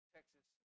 Texas